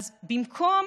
במקום